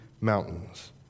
mountains